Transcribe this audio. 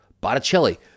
Botticelli